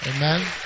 Amen